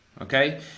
okay